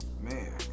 Man